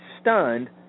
stunned